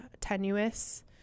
tenuous